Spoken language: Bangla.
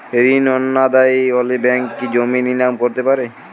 ঋণ অনাদায়ি হলে ব্যাঙ্ক কি জমি নিলাম করতে পারে?